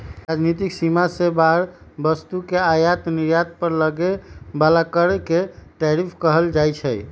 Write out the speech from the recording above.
राजनीतिक सीमा से बाहर वस्तु के आयात निर्यात पर लगे बला कर के टैरिफ कहल जाइ छइ